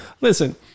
listen